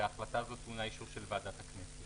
וההחלטה הזאת טעונה אישור של ועדת הכנסת.